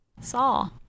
Saw